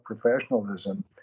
professionalism